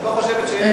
את לא חושבת שיש,